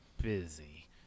busy